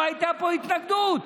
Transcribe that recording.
לא הייתה פה התנגדות.